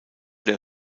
der